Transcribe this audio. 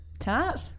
tart